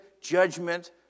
judgment